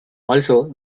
also